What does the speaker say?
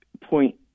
point